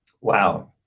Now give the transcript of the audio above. Wow